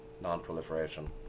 Non-proliferation